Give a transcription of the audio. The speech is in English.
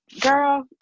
girl